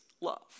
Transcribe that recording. love